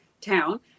town